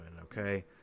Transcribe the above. okay